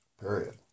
Period